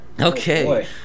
Okay